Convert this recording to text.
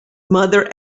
mother